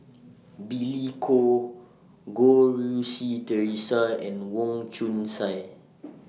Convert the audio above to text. Billy Koh Goh Rui Si Theresa and Wong Chong Sai